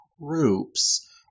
groups